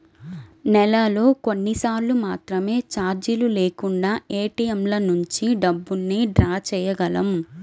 నెలలో కొన్నిసార్లు మాత్రమే చార్జీలు లేకుండా ఏటీఎంల నుంచి డబ్బుల్ని డ్రా చేయగలం